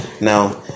Now